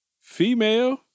Female